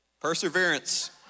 perseverance